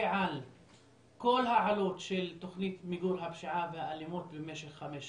על כל העלות של תוכנית מיגור הפשיעה והאלימות במשך חמש שנים.